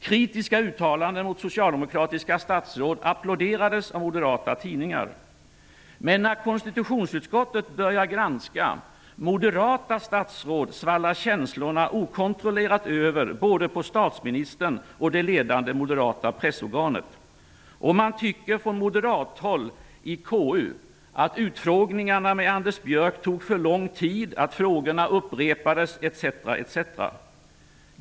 Kritiska uttalanden mot socialdemokratiska statsråd applåderades av moderata tidningar. Men när konstitutionsutskottet börjar granska moderata statsråd svallar känslorna okontrollerat över både på statsministern och det ledande moderata pressorganet. Och man tycker från moderathåll i KU att utfrågningarna med Anders Björck tog för lång tid, att frågorna upprepades etc., etc.